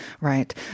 Right